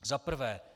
Za prvé.